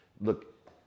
look